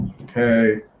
Okay